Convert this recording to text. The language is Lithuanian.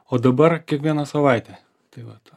o dabar kiekvieną savaitę tai vat